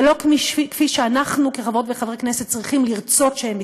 ולא כפי שאנחנו כחברות וחברי כנסת צריכים לרצות שהם יתנהלו,